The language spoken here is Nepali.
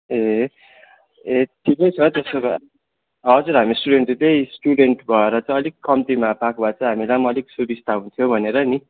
ए ए ठिकै छ त्यसो भए हजुर हामी स्टुडेन्ट त्यही स्टुडेन्ट भएर चाहिँ अलिक कम्तीमा पाएको भए चाहिँ हामीलाई पनि अलिक सुबिस्ता हुन्थ्यो भनेर नि